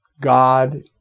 God